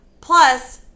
plus